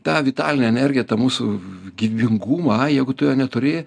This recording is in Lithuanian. ta vitalinė energija tą mūsų gyvybingumą jeigu tu jo neturi